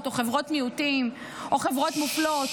או חברות מיעוטים או חברות מופלות,